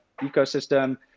ecosystem